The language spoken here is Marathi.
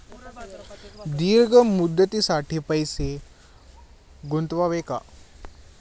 दीर्घ मुदतीसाठी पैसे गुंतवावे का?